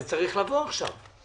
זה צריך לבוא עכשיו.